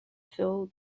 fill